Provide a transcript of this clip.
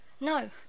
No